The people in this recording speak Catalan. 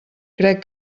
crec